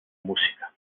música